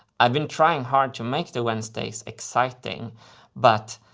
i've been trying hard to make the wednesdays exciting but.